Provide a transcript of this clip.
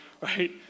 right